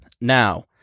Now